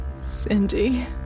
Cindy